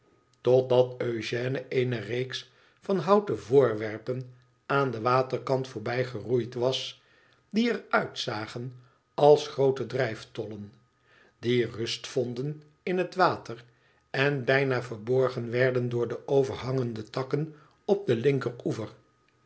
totdat eugène eene reeks van houten voorwerpen aan den waterkant voorbijgeroeid was die er uitzagen als groote dxijftouen die rust vonden in het water en bijna verborgen werden door de overhangende takken op den linkeroever